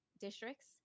districts